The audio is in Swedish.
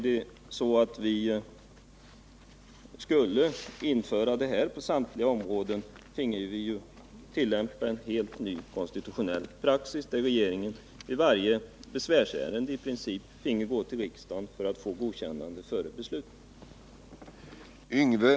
Skulle vi införa den ordning reservanterna vill ha på samtliga dessa områden finge vi tillämpa en helt ny konstitutionell praxis, där regeringen vid i princip varje besvärsärende finge gå till riksdagen för att få ett beslut godkänt.